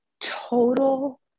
total